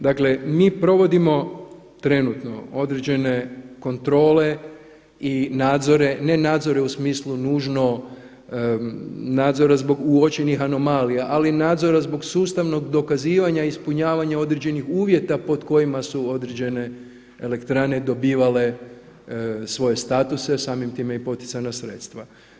Dakle, mi provodimo trenutno određene kontrole i nadzore, ne nadzore u smislu nužno nadzora zbog uočenih anomalija, ali nadzora zbog sustavnog dokazivanja ispunjavanja određenih uvjeta pod kojima su određene elektrane dobivale svoje statuse, samim time i poticajna sredstva.